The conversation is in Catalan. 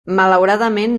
malauradament